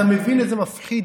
אתה מבין איזה מפחיד?